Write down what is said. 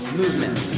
movement